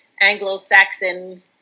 Anglo-Saxon